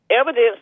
Evidence